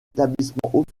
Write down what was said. établissements